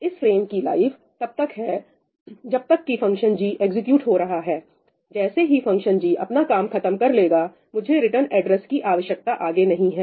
इस फ्रेम की लाइफ तब तक है जब तक कि फंक्शन g एग्जीक्यूट हो रहा है जैसे ही फंक्शन g अपना काम खत्म कर लेगा मुझे रिटर्न एड्रेस की आवश्यकता आगे नहीं है